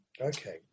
Okay